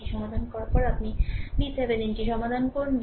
এটি সমাধান করার পরে আপনি VTheveninটি সন্ধান করুন